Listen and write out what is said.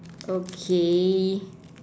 okay